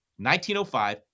1905